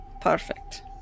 Perfect